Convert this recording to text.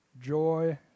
joy